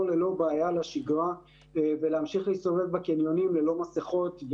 ללא בעיה לשגרה ולהמשיך להסתובב בקניונים ללא מסכות,